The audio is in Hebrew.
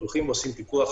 שעושים פיקוח